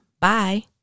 bye